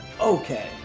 Okay